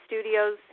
Studios